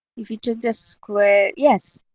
if you took this square yes,